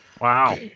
wow